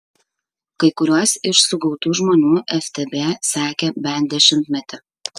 kai kuriuos iš sugautų žmonių ftb sekė bent dešimtmetį